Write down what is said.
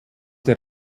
der